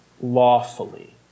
Lawfully